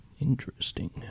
Interesting